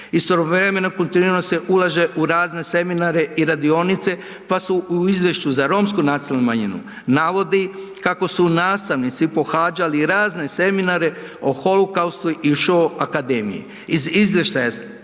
Istovremeno kontinuirano se ulaže u razne seminare i radionice, pa se u izvješću za romsku nacionalnu manjinu navodi kako su nastavnici pohađali razne seminare o holokaustu i šou akademiji.